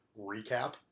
recap